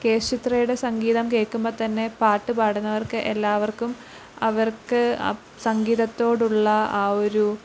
K S ചിത്രയുടെ സംഗീതം കേൾക്കുമ്പത്തന്നെ പാട്ടുപാടുന്നവർക്ക് എല്ലാവർക്കും അവർക്ക് സംഗീതത്തോടുള്ള ആ ഒരു